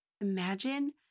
Imagine